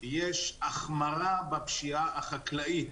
יש החמרה בפשיעה החקלאית.